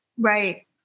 Right